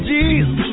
Jesus